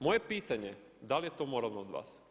Moje je pitanje da li je to moralno od vas?